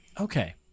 Okay